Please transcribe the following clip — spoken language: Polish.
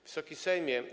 Wysoki Sejmie!